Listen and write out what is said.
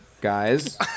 guys